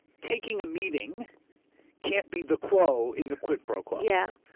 taking a meeting can't be the quo in the quid pro quo. yeah.